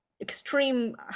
extreme